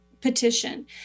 petition